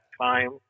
time